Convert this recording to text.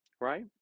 right